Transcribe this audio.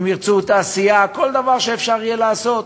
אם ירצו תעשייה, כל דבר שיהיה אפשר לעשות,